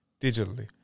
digitally